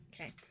Okay